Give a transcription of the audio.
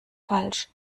falsch